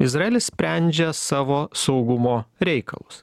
izraelis sprendžia savo saugumo reikalus